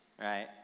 right